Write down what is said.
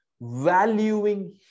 valuing